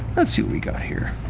let's see what we got here.